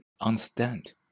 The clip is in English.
understand